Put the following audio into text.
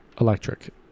Electric